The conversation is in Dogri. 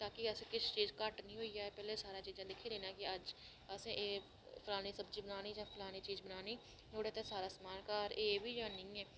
ताकी अस किश चीज घट्ट निं होई जाए रैह्ले सारी चीजां दिक्खी लैना कि अज्ज असें एह् एह् बनानी सब्जी बनानी फलानी चीज बनानी नुआढ़े आस्तै सारा समान एह् भी जां नेईं ऐ